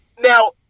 now